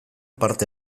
parte